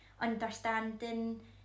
understanding